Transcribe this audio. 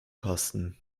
kosten